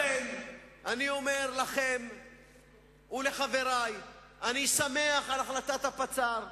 אני אומר לכם ולחברי: אני שמח על החלטת הפצ"ר,